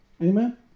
amen